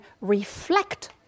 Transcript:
reflect